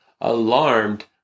alarmed